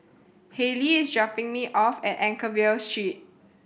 Hayley is dropping me off at Anchorvale Street